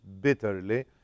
bitterly